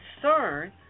concern